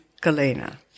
Galena